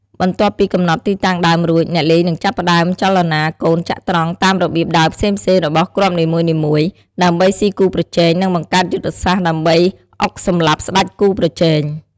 បន្ទាប់ពីកំណត់ទីតាំងដើមរួច អ្នកលេងនឹងចាប់ផ្តើមចលនាកូនចត្រង្គតាមរបៀបដើរផ្សេងៗរបស់គ្រាប់នីមួយៗ ដើម្បីស៊ីគូប្រជែង និងបង្កើតយុទ្ធសាស្ត្រដើម្បីអុកសម្លាប់ស្ដេចគូប្រជែង។